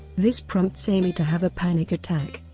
this prompts amy to have a panic attack.